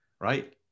right